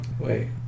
Wait